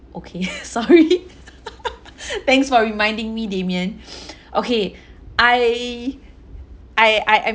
okay sorry thanks for reminding me damian okay I I I I